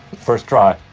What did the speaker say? first try.